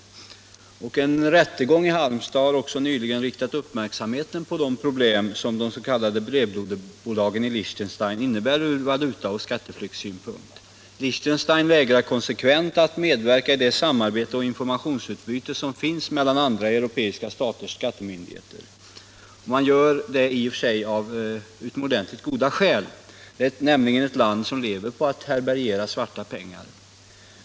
En rättegång i Halmstad har nyligen också riktat uppmärksamheten på de problem som de s.k. brevlådebolagen i Liechtenstein innebär från valutaoch skatteflyktssynpunkt. Liechtenstein vägrar konsekvent att medverka i det samarbete och informationsutbyte som finns mellan andra euorpeiska staters skattemyndigheter. Och man gör det i och för sig av utomordenligt goda skäl. Liechtenstein är nämligen ett land som lever på att härbärgera svarta pengar.